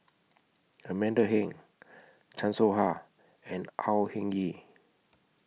Amanda Heng Chan Soh Ha and Au Hing Yee